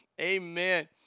Amen